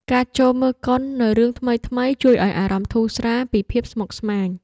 ការចូលមើលកុននូវរឿងថ្មីៗជួយឱ្យអារម្មណ៍ធូរស្រាលពីភាពស្មុគស្មាញ។